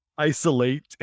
isolate